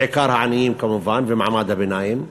בעיקר העניים, כמובן, ומעמד הביניים,